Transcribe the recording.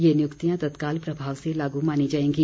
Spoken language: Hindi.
ये नियुक्तियां तत्काल प्रभाव से लागू मानी जाएंगी